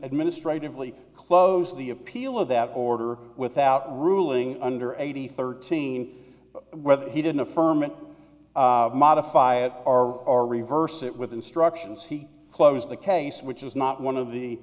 administratively close the appeal of that order without ruling under eighty thirteen whether he didn't affirm it modify it r r reverse it with instructions he closed the case which is not one of the